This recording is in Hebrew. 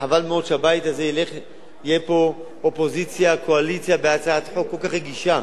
חבל מאוד שבבית הזה תהיה פה אופוזיציה קואליציה בהצעת חוק כל כך רגישה.